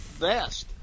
best